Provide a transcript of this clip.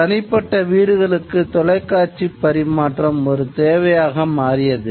தனிப்பட்ட வீடுகளுக்கு தொலைக்காட்சிப் பரிமாற்றம் ஒரு தேவையாக மாறியது